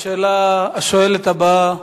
השואלת הבאה,